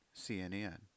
CNN